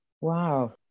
Wow